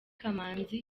kamanzi